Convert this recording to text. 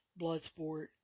Bloodsport